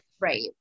Right